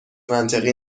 منطقی